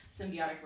symbiotic